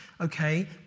Okay